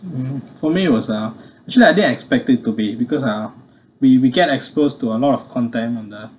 you know for me it was ̣ uh actually I didn't expect it to be because uh we we get exposed to a lot of contempt on the